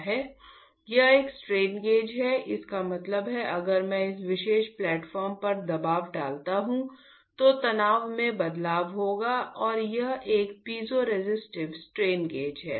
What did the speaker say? यह एक strain gauge है इसका मतलब है अगर मैं इस विशेष प्लेटफॉर्म पर दबाव डालता हूं तो तनाव में बदलाव होगा और यह एक पीजोरेसिस्टिव स्ट्रेन गेज है